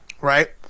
Right